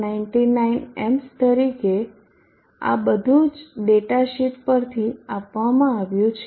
99 amps તરીકે આ બધું જ ડેટા શીટ પર થી આપવામાં આવ્યું છે